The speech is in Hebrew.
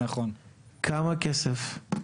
כמה כסף?